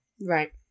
Right